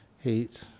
heat